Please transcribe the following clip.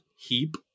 Heap